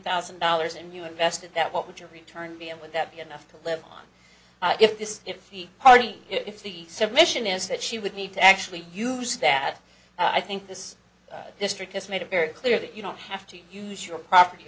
thousand dollars and you invested that what would your return be and would that be enough to live on if this if the party if the submission is that she would need to actually use that i think this district has made it very clear that you don't have to use your property